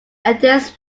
enters